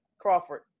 Crawford